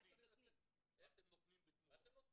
מה אתם נותנים בתמורה.